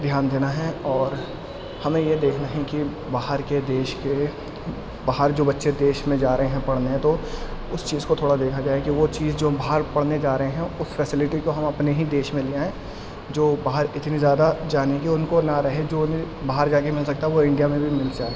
دھیان دینا ہے اور ہمیں یہ دیکھنا ہے کہ باہر کے دیش کے باہر جو بچے دیش میں جا رہے پڑھنے تو اس چیز کو تھوڑا دیکھا جائے کہ وہ چیز جو باہر پڑھنے جا رہے ہیں اس فیسلٹی کو ہم اپنے ہی دیش میں لے آئیں جو باہر اتنی زیادہ جانے کی ان کو نہ رہے جو باہر جا کے مل سکتا ہے وہ انڈیا میں بھی مل جائے